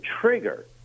trigger